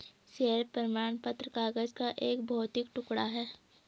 share प्रमाण पत्र कागज का एक भौतिक टुकड़ा है